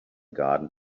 garden